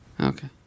Okay